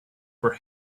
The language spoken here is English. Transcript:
were